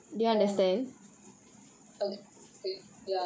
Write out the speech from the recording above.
oh my okay ya